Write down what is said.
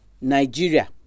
Nigeria